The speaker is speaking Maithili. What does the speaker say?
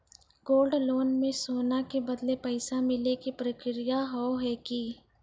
गोल्ड लोन मे सोना के बदले पैसा मिले के प्रक्रिया हाव है की?